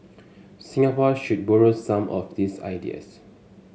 Singapore should borrow some of these ideas